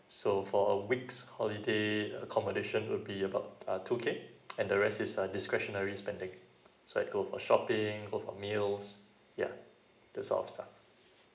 so for a week's holiday accommodation will be about uh two K and the rest is uh discretionary spending so I go for shopping go for meals yeah this sort of stuff